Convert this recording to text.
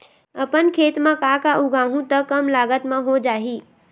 अपन खेत म का का उगांहु त कम लागत म हो जाही?